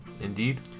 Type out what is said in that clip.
Indeed